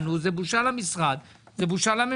וזה בושה לנו, זה בושה למשרד, זה בושה לממשלה.